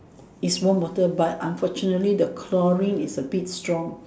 its warm water but unfortunately the chlorine is a bit strong